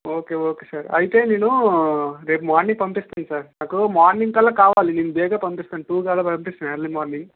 okay okay sir అయితే నేను రేపు మార్నింగ్ పంపిస్తాను సార్ నాకు మార్నింగ్ కల్లా కావాలి నేను బేగా పంపిస్తాను టూ కల్లా పంపిస్తాను ఎర్లీ మార్నింగ్